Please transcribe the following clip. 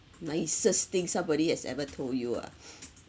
nicest thing somebody has ever told you ah